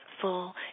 full